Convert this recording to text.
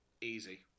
Easy